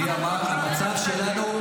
המצב שלנו,